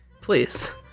Please